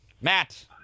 Matt